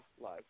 Live